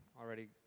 already